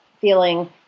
feeling